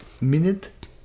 Minute